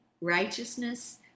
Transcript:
righteousness